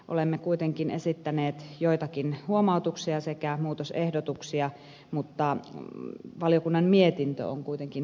olemme kuitenkin esittäneet joitakin huomautuksia sekä muutosehdotuksia mutta valiokunnan mietintö on kuitenkin yksimielinen